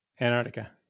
Antarctica